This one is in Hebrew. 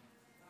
כבוד היושב-ראש,